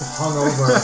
hungover